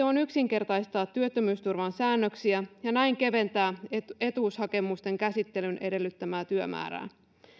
on yksinkertaistaa työttömyysturvan säännöksiä ja näin keventää etuushakemusten käsittelyn edellyttämää työmäärää